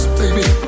baby